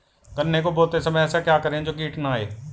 गन्ने को बोते समय ऐसा क्या करें जो कीट न आयें?